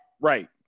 Right